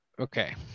okay